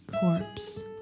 corpse